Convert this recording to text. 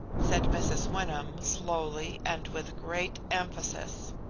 said mrs. wyndham, slowly, and with great emphasis.